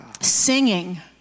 singing